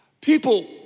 people